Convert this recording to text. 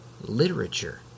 literature